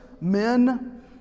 men